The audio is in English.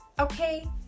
okay